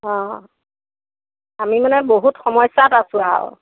অ আমি মানে বহুত সমস্যাত আছোঁ আৰু